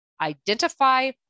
identify